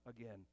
again